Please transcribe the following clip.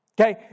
okay